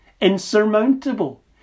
Insurmountable